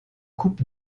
coupe